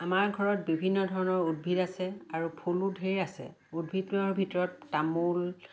আমাৰ ঘৰত বিভিন্ন ধৰণৰ উদ্ভিদ আছে আৰু ফুলো ঢেৰ আছে উদ্ভিদৰ ভিতৰত তামোল